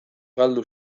galdu